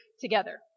together